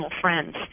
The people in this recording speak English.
friends